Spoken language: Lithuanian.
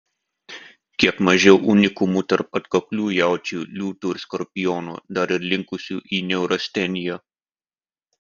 kiek mažiau unikumų tarp atkaklių jaučių liūtų ir skorpionų dar ir linkusių į neurasteniją